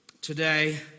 today